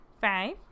five